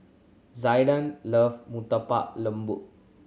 Zaiden love Murtabak Lembu